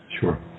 Sure